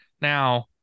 Now